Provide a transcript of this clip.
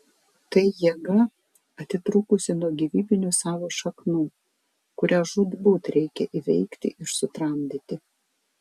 tai jėga atitrūkusi nuo gyvybinių savo šaknų kurią žūtbūt reikia įveikti ir sutramdyti